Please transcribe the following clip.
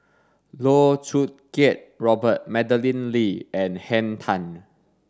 Loh Choo Kiat Robert Madeleine Lee and Henn Tan